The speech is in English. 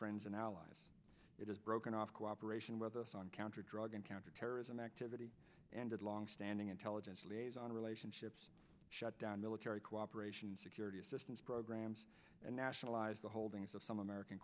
friends and allies it has broken off cooperation with us on counter drug and counterterrorism activity and its longstanding intelligence liaison relationships shut down military cooperation security assistance programs and nationalize the holdings of some american